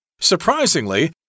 Surprisingly